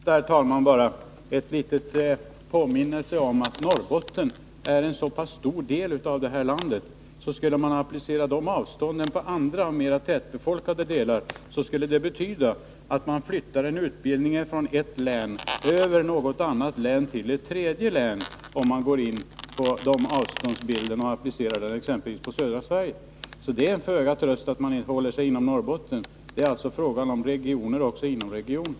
Herr talman! Låt mig till det sista arbetsmarknadsministern sade bara ge enliten påminnelse om att Norrbotten är en så pass stor del av det här landet, att om man skulle applicera de avstånden på andra, mera tätbefolkade delar, så skulle det betyda att man flyttar en utbildning från ett län över något annat län till ett tredje län. Så skulle det bli om man applicerade de avstånd det här är fråga om exempelvis på södra Sverige. Det är alltså till föga tröst att man skall hålla sig inom Norrbotten, för där är det fråga om regioner också inom regionen.